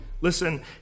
listen